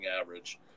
average